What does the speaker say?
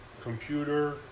computer